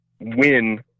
win